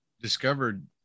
discovered